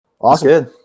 Awesome